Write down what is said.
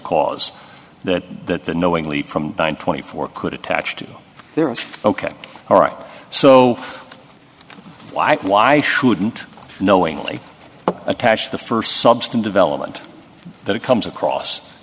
cause that that the knowingly from twenty four could attach to their own ok all right so why why shouldn't knowingly attach the first substantive element that comes across